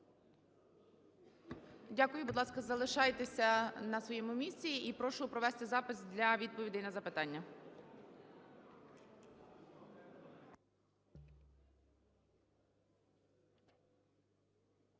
Дякую. Будь ласка, залишайтеся на своєму місці. І прошу провести запис для відповідей на запитання.